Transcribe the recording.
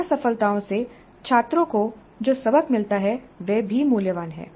असफलताओं से छात्रों को जो सबक मिलता है वह भी मूल्यवान है